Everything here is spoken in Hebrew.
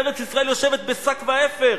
ארץ-ישראל יושבת בשק ואפר.